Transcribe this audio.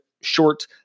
short